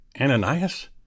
Ananias